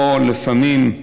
או לפעמים,